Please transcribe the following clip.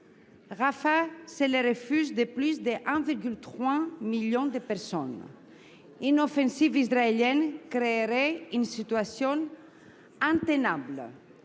Rafah est le refuge de plus de 1,3 million de personnes. Une offensive israélienne créerait une situation intenable.